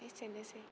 एसेनोसै